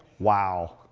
wow.